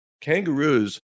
kangaroos